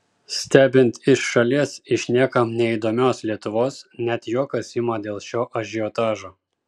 stebint iš šalies iš niekam neįdomios lietuvos net juokas ima dėl šio ažiotažo